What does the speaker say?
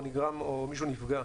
או מישהו נפגע,